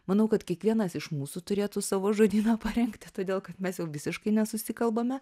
manau kad kiekvienas iš mūsų turėtų savo žodyną parengti todėl kad mes jau visiškai nesusikalbame